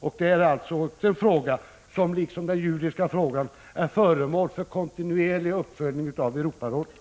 Även detta är alltså en fråga som liksom den judiska frågan är föremål för Prot. 1985/86:140 kontinuerlig uppföljning av Europarådet.